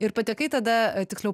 ir patekai tada tiksliau